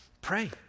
pray